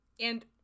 And-